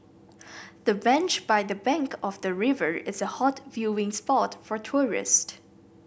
the bench by the bank of the river is a hot viewing spot for tourist